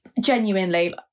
Genuinely